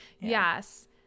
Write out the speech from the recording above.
Yes